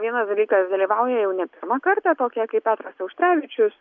vienas dalykas dalyvauja jau ne pirmą kartą tokie kaip petras auštrevičius